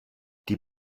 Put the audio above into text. die